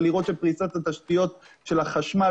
וצריך לראות את פריסת התשתיות של החשמל,